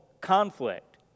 conflict